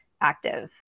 active